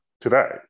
today